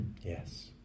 Yes